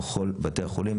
בכל בתי החולים,